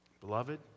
Beloved